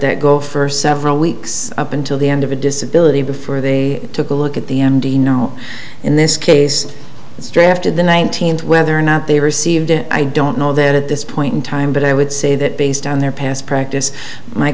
that go for several weeks up until the end of a disability before they took a look at the m d no in this case it's drafted the nineteenth whether or not they received it i don't know that at this point in time but i would say that based on their past practice my